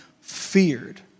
feared